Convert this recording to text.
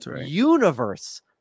universe